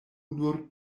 nur